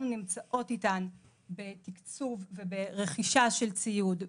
אנחנו נמצאות איתן בתקצוב וברכישה של ציוד,